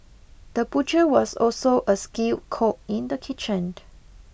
the butcher was also a skilled cook in the kitchen